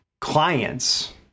clients